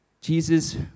Jesus